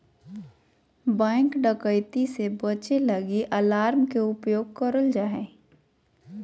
bank डकैती से बचे लगी अलार्म के प्रयोग करल जा हय